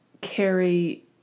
carry